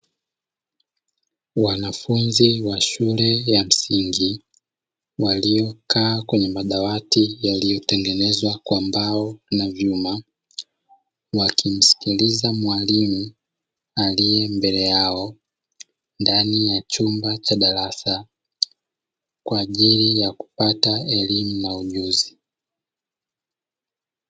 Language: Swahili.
Wanafunzi wa shule ya msingi waliokaa kwenye madawati yaliyotengezewa kwa mbao na vyuma wakimsikiliza mwalimu aliye mbele yao ndai ya chumba cha darasa kwajili ya kupata elimu na ujuzi.